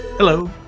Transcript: Hello